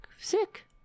Sick